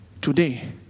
today